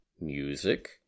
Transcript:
music